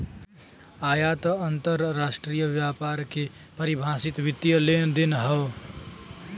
आयात अंतरराष्ट्रीय व्यापार के परिभाषित वित्तीय लेनदेन हौ